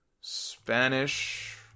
spanish